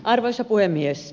arvoisa puhemies